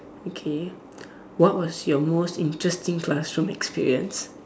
okay what was your most interesting classroom experience